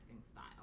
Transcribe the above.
style